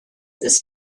ist